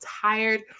tired